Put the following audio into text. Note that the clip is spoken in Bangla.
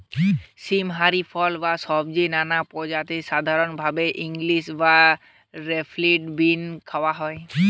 সীম হারি ফল বা সব্জির নানা প্রজাতিকে সাধরণভাবি ইংলিশ রে ফিল্ড বীন কওয়া হয়